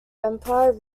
empire